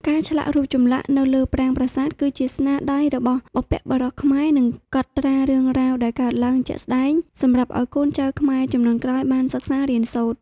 ការឆ្លាក់រូបចម្លាក់នៅលើប្រាង្គប្រាសាទគឺជាស្នាដៃរបស់បុព្វបុរសខ្មែរនិងកត់ត្រារឿងរ៉ាវដែលកើតឡើងជាក់ស្តែងសម្រាប់ឲ្យកូនចៅខ្មែរជំនាន់ក្រោយបានសិក្សារៀនសូត្រ។